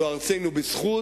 זו ארצנו בזכות.